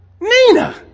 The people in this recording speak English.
Nina